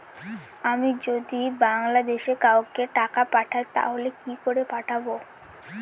আমি যদি বাংলাদেশে কাউকে টাকা পাঠাই তাহলে কি করে পাঠাবো?